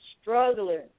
struggling